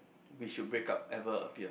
we should break up ever appear